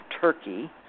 Turkey